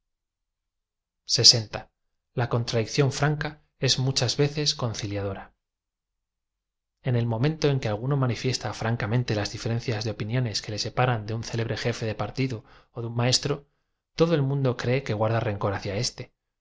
a contradicción franca es muchas veces conciliadora en el momento en que alguno manifiesta francamen te las dífereocíaa de opiniones que le separan de un célebre jefe de partido ó de un maestro todo el mundo cree que guarda rencor hacia éste